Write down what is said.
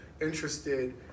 interested